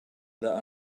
that